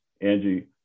Angie